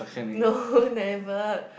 no never